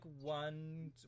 one